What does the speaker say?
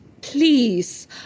please